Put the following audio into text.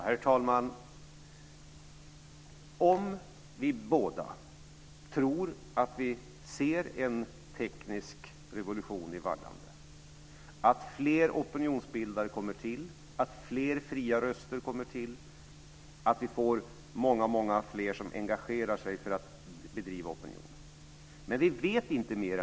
Herr talman! Vi tror båda att vi ser en teknisk revolution i vardande, att fler opinionsbildare kommer till, att fler fria röster kommer till och att vi får många fler som engagerar sig för att bedriva opinion, men vi vet det inte.